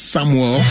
Samuel